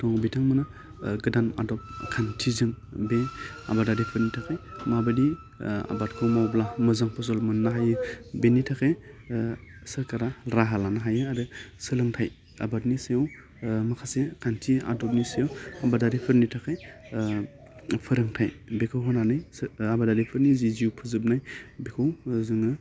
दं बिथांमोनहा गोदान आदब खान्थिजों बे आबादारिफोरनि थाखाय आबादनि आबादखौ मावब्ला मोजां फसल मोनोहायो बिनि थाखाय सोरखारा राहा लानो हायो आरो सोलोंथाइ आबादनि सायाव माखासे खान्थि आदबनि सायाव आबादारिपोरनि थाखाय फोरोंथाइ बोखौ होनानै सो आबादारिफोरनि जि जिउ फोजोबनाय बेखौ जोङो